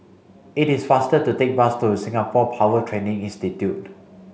it is faster to take bus to Singapore Power Training Institute